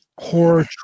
Horror